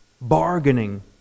bargaining